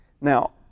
Now